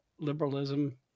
liberalism